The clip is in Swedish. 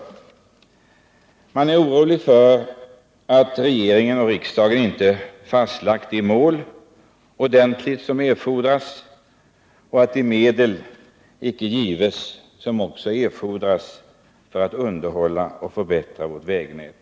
Jo, man är orolig för att regeringen och riksdagen inte ordentligt har fastlagt de mål som erfordras och att de medel icke gives som erfordras för att underhålla och förbättra vårt vägnät.